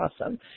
awesome